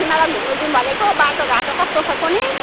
तिमीहरूलाई घुम्नु जाऊँ भनेको बाटोघाटो कस्तो छ कुनि